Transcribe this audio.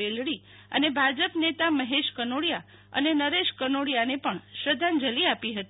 બેલડી અને ભાજપ નેતા મહેશ કનોડીયા અને નરેશ કનોડીયાને પણ શ્રધ્ધાંજલિ આપી હતી